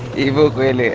evil grin